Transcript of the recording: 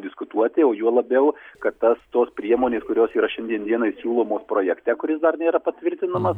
diskutuoti o juo labiau kad tas tos priemonės kurios yra šiandien dienai siūlomos projekte kuris dar nėra patvirtinamas